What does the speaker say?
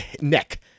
neck